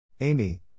Amy